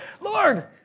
Lord